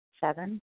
Seven